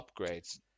upgrades